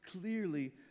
clearly